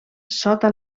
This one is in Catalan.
sota